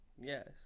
Yes